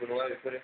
जेबो नङा बेफोरो